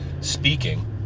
speaking